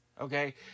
okay